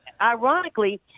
ironically